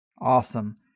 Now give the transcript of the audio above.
Awesome